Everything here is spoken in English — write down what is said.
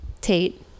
Tate